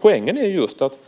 Poängen är just att